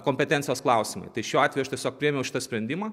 kompetencijos klausimai tai šiuo atveju tiesiog priėmiau šitą sprendimą